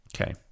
Okay